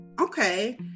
Okay